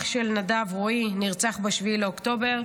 אח של נדב, רועי, נרצח ב-7 באוקטובר.